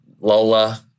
Lola